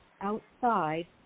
outside